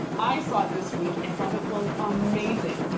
i saw it this week and thought it was amazing.